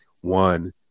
one